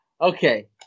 Okay